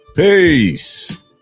Peace